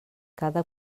cada